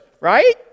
right